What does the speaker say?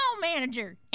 manager